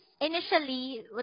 initially